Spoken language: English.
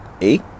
eight